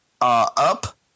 up